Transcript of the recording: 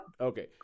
Okay